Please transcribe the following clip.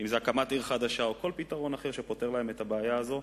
אם הקמת עיר חדשה או כל פתרון אחר שיפתור להם את הבעיה הזאת,